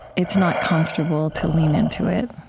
it's not comfortable to lean into it